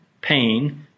pain